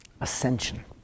ascension